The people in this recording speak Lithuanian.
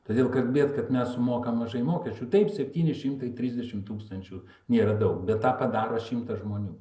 todėl kalbėt kad mes sumokam mažai mokesčių taip septyni šimtai trisdešim tūkstančių nėra daug bet tą padaro šimta žmonių